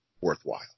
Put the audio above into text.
worthwhile